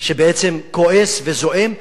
שבעצם כועס וזועם.